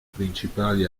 principali